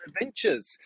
Adventures